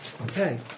okay